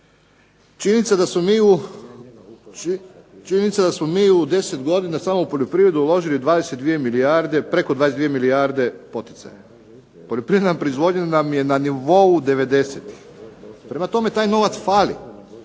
Činjenica da smo mi u 10 godina samo u poljoprivredu uložili 22 milijarde, preko 22 milijarde poticaja. Poljoprivredna proizvodnja nam je na nivou devedesetih. Prema tome, taj novac fali.